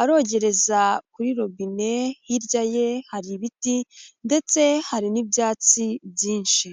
arogereza kuri robine hirya ye hari ibiti ndetse hari n'ibyatsi byinshi.